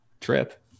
trip